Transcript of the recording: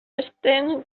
estén